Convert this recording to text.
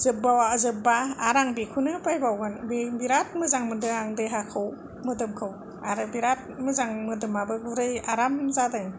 जोबबावबा जोबबा आर आं बेखौनो बायबावगोन बेराद मोजां मोनदों आं देहाखौ मोदोमखौ आरो बेराद मोजां मोदोमाबो बेराद मोजां गुरै आराम जादों